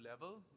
level